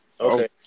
Okay